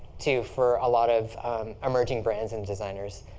too, for a lot of emerging brands and designers.